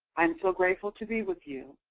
i'm so grateful to be with you.